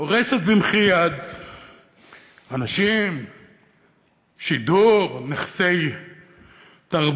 הורסת במחי יד אנשים, שידור, נכסי תרבות,